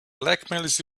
blackmails